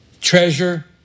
treasure